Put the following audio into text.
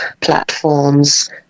platforms